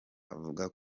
avuga